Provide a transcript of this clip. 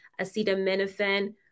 acetaminophen